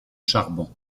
charbon